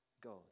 God